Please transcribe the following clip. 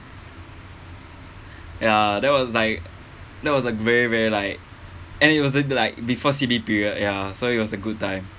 ya that was like that was like very very like and it wasn't like before C_B period ya so it was a good time